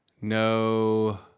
No